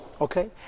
Okay